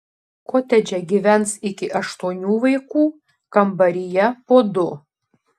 kotedže gyvens iki aštuonių vaikų kambaryje po du